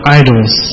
idols